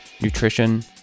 nutrition